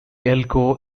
elko